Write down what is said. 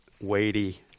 weighty